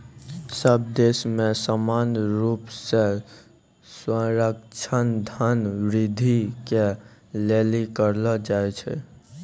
सब देश मे समान रूप से सर्वेक्षण धन वृद्धि के लिली करलो जाय छै